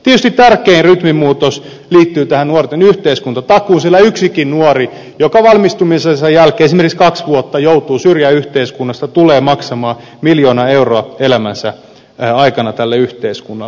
tietysti tärkein rytminmuutos liittyy tähän nuorten yhteiskuntatakuuseen sillä yksikin nuori joka esimerkiksi kaksi vuotta valmistumisensa jälkeen joutuu syrjään yhteiskunnasta tulee maksamaan miljoona euroa elämänsä aikana tälle yhteiskunnalle